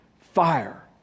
fire